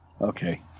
Okay